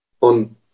on